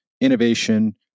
innovation